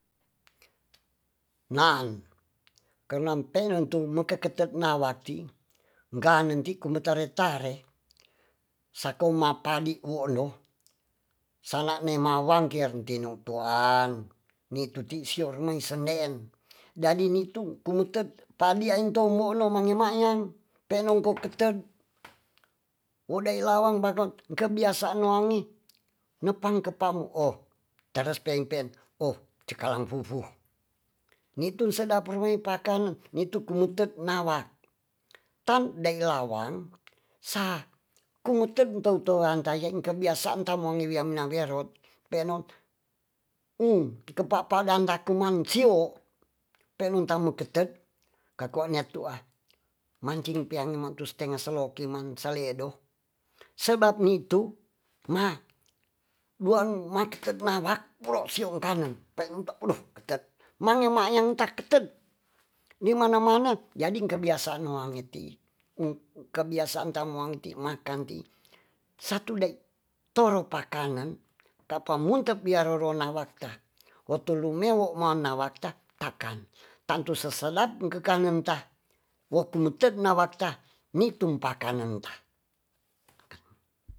Naan kenam penon tu meke ketet nawat tii ung kanen ti kume tare tare sako ma padi wo ondo sana ne mawang kier ung tinutuan nitu ti sior mai sendeen dadi nitu kumetet padi ain tom bondo mange mayan penon po keten wo dai lawang banon kebiasaan wangi nepang kepang o tares peing peen oh cekalang fufu nitun sedap rumai pakanen nitu kumutet nawa tan dei lawang sa kumeten tou antaiyang kebiasaan tamongi wia mena werot penon ung kepapa dang ka kumang sio penun ta meketet kakoa nia tua mancimg peange matu stenga seloki mang saledo sebab nitu ma duan ma ketet mawak puro siong kanen penun ta udu ketet mange mayang ta ketet di mana mana jading kebiasan o angee tii ung kebiasaan ta moange ti makan ti satu dai toro pakanen kapa muntet biaro rona wakta wo tulu mewo ma mina wata takan tantu sesedap ung kekanen ta wo kumetet nawat ta ni tumpakanen ta